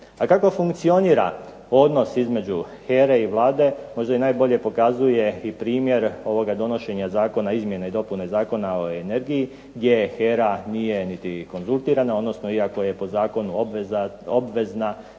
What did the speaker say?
A kako funkcionira odnos između HERA-e i Vlade možda i najbolje pokazuje primjer ovoga donošenja izmjena i dopuna Zakona o energiji gdje HERA nije niti konzultirana iako je po zakonu obavezna